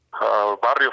Barrio